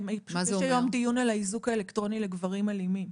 הם יפתחו היום דיון על הנושא של האיזוק האלקטרוני לגברים אלימים.